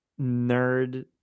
nerd